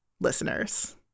listeners